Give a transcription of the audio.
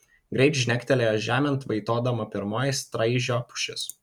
greit žnegtelėjo žemėn vaitodama pirmoji straižio pušis